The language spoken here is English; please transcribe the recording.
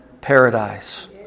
paradise